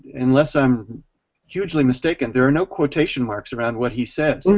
unless i am hugely mistaken, there are no quotation marks around what he said,